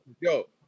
Yo